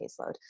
caseload